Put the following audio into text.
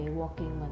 walking